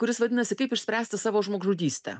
kuris vadinasi kaip išspręsti savo žmogžudystę